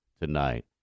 tonight